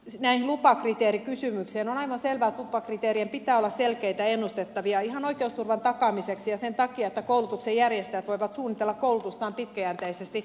on aivan selvää että lupakriteerien pitää olla selkeitä ja ennustettavia ihan oikeusturvan takaamiseksi ja sen takia että koulutuksen järjestäjät voivat suunnitella koulutustaan pitkäjänteisesti